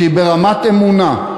שהיא ברמת אמונה,